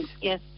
Yes